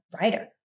writer